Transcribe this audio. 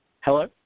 Hello